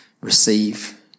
receive